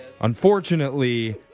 Unfortunately